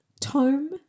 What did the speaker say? tome